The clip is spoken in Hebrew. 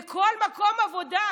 בכל מקום עבודה,